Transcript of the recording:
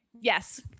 Yes